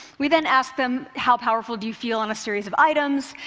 we then ask them, how powerful do you feel? on a series of items,